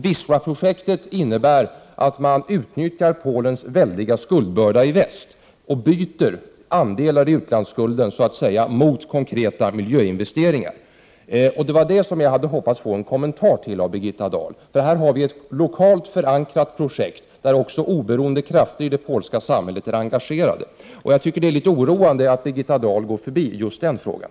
Wisla-projektet innebär att man utnyttjar Polens väldiga skuldbörda i väst och så att säga byter andelar i utlandsskulden mot konkreta miljöinvesteringar. Det var till detta jag hade hoppats få en kommentar av Birgitta Dahl. Projektet är lokalt förankrat, och även oberoende krafter i det polska samhället är engagerade. Det är litet oroande att Birgitta Dahl går förbi just den frågan.